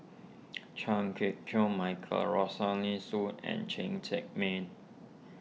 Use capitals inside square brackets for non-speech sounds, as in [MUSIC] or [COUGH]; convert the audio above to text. [NOISE] Chan Kit Chew Michael Rosaline Soon and Cheng Tsang Man